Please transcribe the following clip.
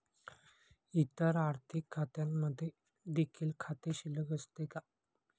इतर आर्थिक खात्यांमध्ये देखील खाते शिल्लक असते का?